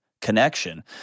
connection